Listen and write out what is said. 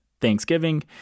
Thanksgiving